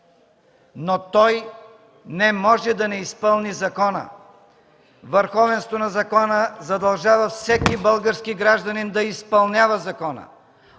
Но той не може да не изпълни закона. Върховенството на закона задължава всеки български гражданин да изпълнява закона